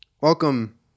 Welcome